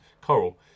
Coral